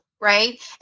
Right